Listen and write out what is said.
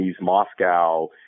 Moscow